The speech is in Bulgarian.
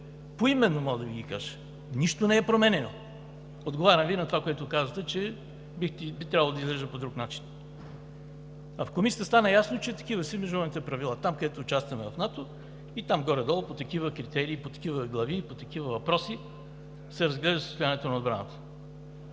Поименно мога да Ви ги кажа. Нищо не е променяно! Отговарям Ви на това, което казвате, че би трябвало да изглежда по друг начин. А в Комисията стана ясно, че такива са и международните правила. Там, където участваме – в НАТО, и там горе-долу по такива критерии, по такива глави и по такива въпроси се разглежда състоянието на отбраната.